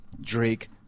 Drake